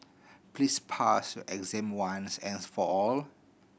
please pass your exam once and for all